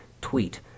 tweet